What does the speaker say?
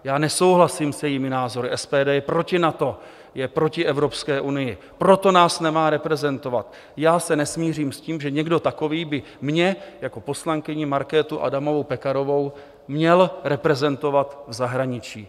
Já nesouhlasím s jejími názory, SPD je proti NATO, je proti Evropské unii, proto nás nemá reprezentovat, já se nesmířím s tím, že někdo takový by mě jako poslankyni Markétu Adamovou Pekarovou měl reprezentovat v zahraničí.